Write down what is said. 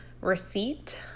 receipt